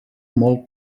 molt